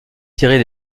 tirées